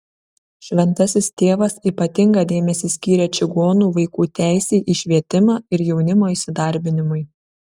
šventasis tėvas ypatingą dėmesį skyrė čigonų vaikų teisei į švietimą ir jaunimo įsidarbinimui